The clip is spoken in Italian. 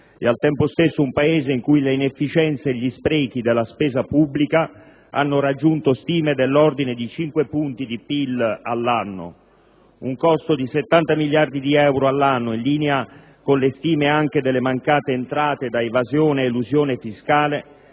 e al tempo stesso un Paese in cui le inefficienze e gli sprechi della spesa pubblica hanno raggiunto stime dell'ordine di 5 punti di PIL all'anno, un costo di 70 miliardi di euro all'anno, in linea con le stime anche delle mancate entrate da evasione ed elusione fiscale,